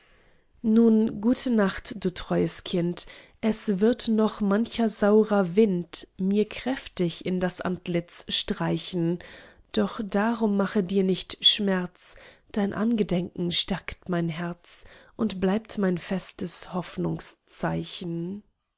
nun gute nacht du treues kind es wird noch mancher saurer wind mir kräftig in das antlitz streichen doch darum mache dir nicht schmerz dein angedenken stärkt mein herz und bleibt mein festes